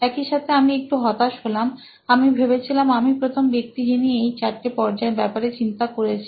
একইসাথে আমি একটু হতাশ ছিলাম আমি ভেবেছিলাম আমি প্রথম ব্যক্তি যিনি এই চারটে পর্যায়ের ব্যাপারে চিন্তা করেছিল